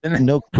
no